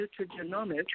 nutrigenomics